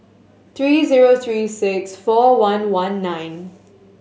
three zero three six four one one nine